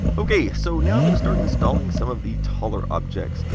ok, so now i'm going to start installing some of the taller objects,